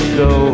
go